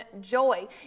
joy